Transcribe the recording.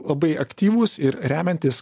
labai aktyvūs ir remiantis